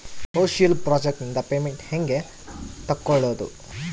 Social project ನಿಂದ payment ಹೆಂಗೆ ತಕ್ಕೊಳ್ಳದು?